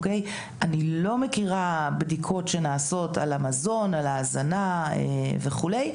אני לא מכירה בדיקות שנעשות על המזון על ההזנה וכו'.